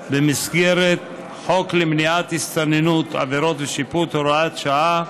במסגרת חוק למניעת הסתננות (עבירות ושיפוט) (הוראת שעה),